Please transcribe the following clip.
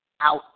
out